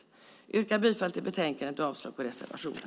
Jag yrkar bifall till utskottets förslag och avslag på reservationen.